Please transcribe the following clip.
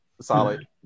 Solid